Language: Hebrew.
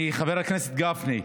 אני עונה על כל הצעת החוק כאן.